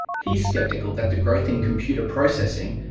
he's sceptical that the growth in computer processing,